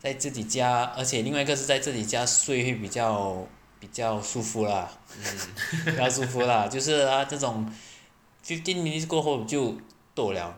在自己家而且另外一个是在这里家睡会比较比较舒服啦 比较舒服啦就是啊这种 fifteen minutes 过后就 toh liao